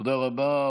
תודה רבה.